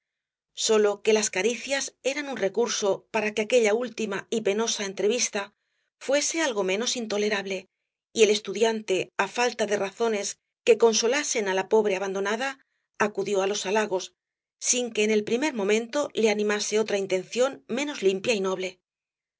sólo que las caricias eran un recurso para que aquella última y penosa entrevista fuese algo menos intolerable y el estudiante á falta de razones que consolasen á la pobre abandonada acudió á los halagos sin que en el primer momento le animase otra intención menos limpia y noble